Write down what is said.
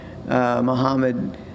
Muhammad